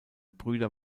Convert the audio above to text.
brüder